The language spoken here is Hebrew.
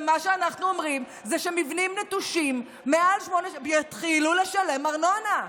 ומה שאנחנו אומרים הוא שעל מבנים נטושים יתחילו לשלם ארנונה.